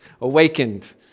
awakened